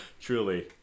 Truly